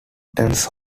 returns